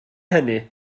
hynny